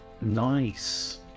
Nice